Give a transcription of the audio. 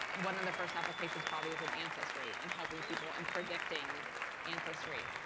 one of the first applications probably is an ancestry and helping people in predicting ancestry.